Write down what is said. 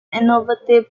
innovative